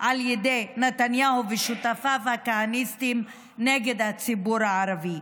על ידי נתניהו ושותפיו הכהניסטים נגד הציבור הערבי.